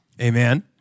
Amen